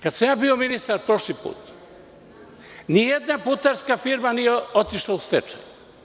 Kada sam ja bio ministar prošli put, nijedna putarska firma nije otišla u stečaj.